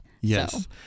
Yes